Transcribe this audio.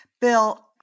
Bill